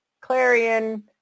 Clarion